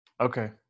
Okay